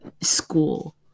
school